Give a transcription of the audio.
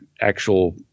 actual